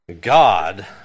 God